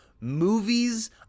movies